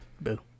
Boo